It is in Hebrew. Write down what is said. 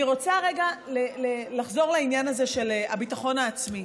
אני רוצה רגע לחזור לעניין הזה של הביטחון העצמי.